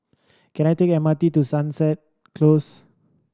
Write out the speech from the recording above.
can I take M R T to Sunset Close